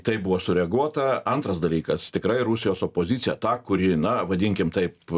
tai buvo sureaguota antras dalykas tikrai rusijos opozicija ta kuri na vadinkim taip